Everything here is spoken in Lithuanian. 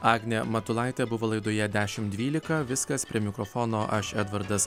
agnė matulaitė buvo laidoje dešimt dvylika viskas prie mikrofono aš edvardas